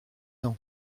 ans